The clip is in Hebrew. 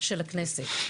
של הכנסת.